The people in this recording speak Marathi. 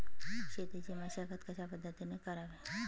शेतीची मशागत कशापद्धतीने करावी?